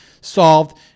solved